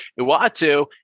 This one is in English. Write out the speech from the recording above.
Uatu